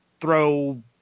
throw